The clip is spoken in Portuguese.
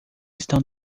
estão